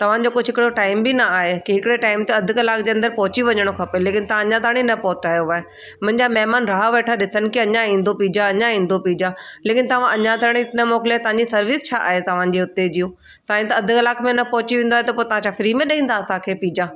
तव्हां जो कुझु हिकिड़ो टाइम बि न आहे की हिकिड़े टाइम ते अधु कलाक जे अंदरि पहुची वञणो खपे लेकिनि तव्हां अञा ताईं न पहुचायो आहे मुंहिंजा महिमान राह वेठा ॾिसनि के अञा ईंदो पिजा अञा ईंदो पिजा लेकिनि तव्हां अञा ताई न मोकिले तव्हांजी सर्विस छा आहे तव्हांजी हूते जूं तव्हां जे त अधु कलाकु में न पहुची वेंदा आहियो पोइ तव्हां छा फ्री में ॾींदा असांखे पिजा